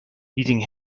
needing